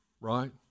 right